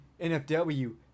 NFW